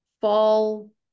fall